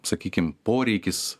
sakykim poreikis